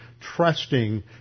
trusting